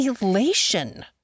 elation